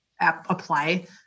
apply